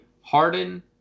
Harden